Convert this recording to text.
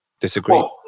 disagree